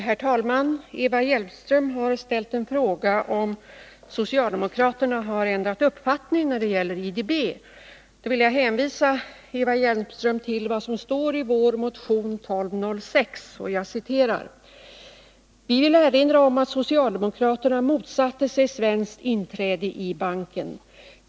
Herr talman! Eva Hjelmström frågade om socialdemokraterna har ändrat uppfattning när det gäller IDB. Jag vill då hänvisa Eva Hjelmström till vad som står i vår motion 1206: ”Vi vill erinra om att socialdemokraterna motsatte sig svenskt inträde i banken.